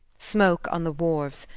smoke on the wharves,